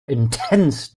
intense